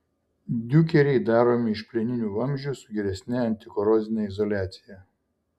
diukeriai daromi iš plieninių vamzdžių su geresne antikorozine izoliacija